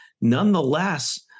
nonetheless